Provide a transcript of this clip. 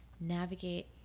navigate